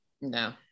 no